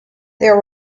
there